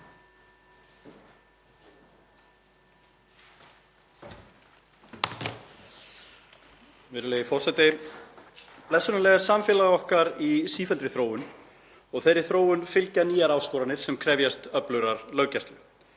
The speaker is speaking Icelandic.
Virðulegi forseti. Blessunarlega er samfélag okkar í sífelldri þróun og þeirri þróun fylgja nýjar áskoranir sem krefjast öflugrar löggæslu.